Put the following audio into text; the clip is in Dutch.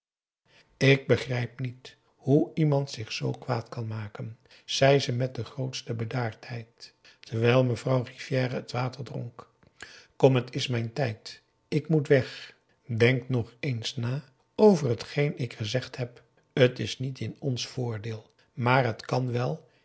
ik begrijp niet hoe iemand zich zoo kwaad kan maken zei ze met de grootste bedaardheid terwijl mevrouw rivière het water dronk kom het is mijn tijd ik moet weg denk nogeens na over t geen ik gezegd heb t is niet in ons voordeel maar het kan wel